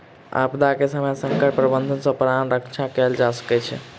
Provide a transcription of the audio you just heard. आपदा के समय संकट प्रबंधन सॅ प्राण रक्षा कयल जा सकै छै